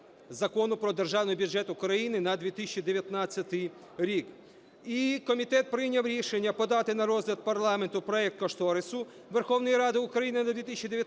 Закону "Про Державний бюджет України на 2019 рік". І комітет прийняв рішення подати на розгляд парламенту проект кошторису Верховної Ради України на 2019